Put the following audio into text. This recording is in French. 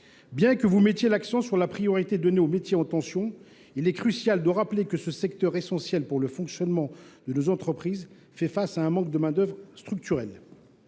Bien que vous mettiez l’accent sur la priorité donnée aux métiers en tension, il est crucial de rappeler que certains secteurs essentiels pour le fonctionnement de nos entreprises font face à un manque de main d’œuvre structurel.